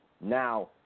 now